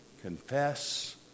confess